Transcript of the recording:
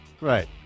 Right